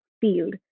field